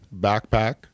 backpack